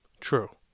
True